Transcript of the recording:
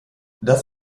das